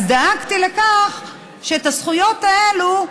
אז דאגתי לכך שאת הזכויות האלה,